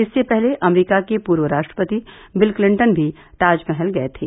इससे पहले अमरीका के पूर्व राष्ट्रपति बिल क्लिंटन भी ताजमहल गए थे